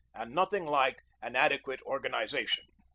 and nothing like an adequate organization.